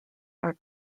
are